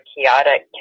chaotic